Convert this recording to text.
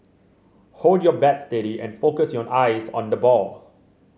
hold your bat steady and focus your eyes on the ball